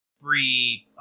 free